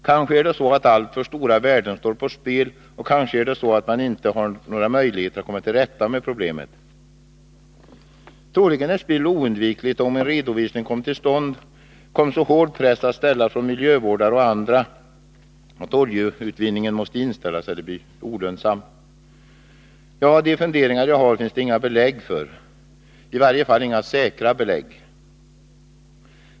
Kanske är det så att alltför stora värden står på spel, och kanske är det så att man inte ser några möjligheter att komma till rätta med problemet. Troligen är spill oundvikligt, och om en redovisning kom till stånd, skulle så hård press komma att ställas från miljövårdare och andra att oljeutvinningen måste inställas eller bli olönsam. Ja, de funderingar jag har finns det inga belägg för, i varje fall inga säkra belägg.